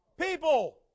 People